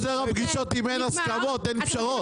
גל, מה זה עוזר הפגישות אם אין הסכמות ואין פשרות?